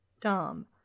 dumb